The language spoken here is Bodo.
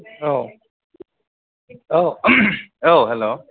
औ औ औ हेल'